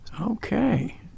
Okay